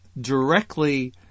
directly